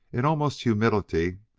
in utmost humility,